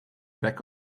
back